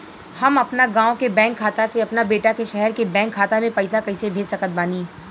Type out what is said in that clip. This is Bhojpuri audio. हम अपना गाँव के बैंक खाता से अपना बेटा के शहर के बैंक खाता मे पैसा कैसे भेज सकत बानी?